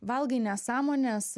valgai nesąmones